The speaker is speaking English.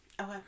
Okay